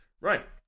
Right